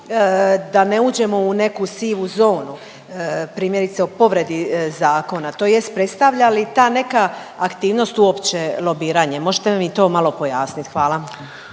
da ne uđemo u neku sivu zonu primjerice o povredi zakona, tj. predstavlja li ta neka aktivnost uopće lobiranje. Možete li nam to malo pojasniti. Hvala.